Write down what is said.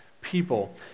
people